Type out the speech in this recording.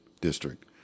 district